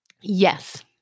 Yes